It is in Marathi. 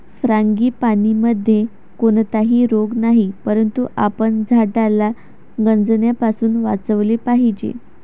फ्रांगीपानीमध्ये कोणताही रोग नाही, परंतु आपण झाडाला गंजण्यापासून वाचवले पाहिजे